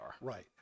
Right